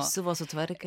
siuvo sutvarkė